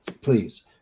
please